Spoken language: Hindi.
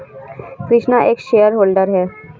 कृष्णा एक शेयर होल्डर है